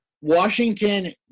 Washington